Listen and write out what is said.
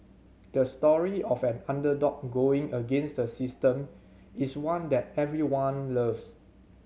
the story of an underdog going against the system is one that everyone loves